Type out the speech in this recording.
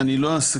אני לא אסכם,